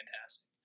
fantastic